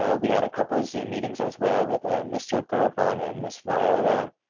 ah we had a couple of zoom meetings, as well, with mr. gervin and miss viola.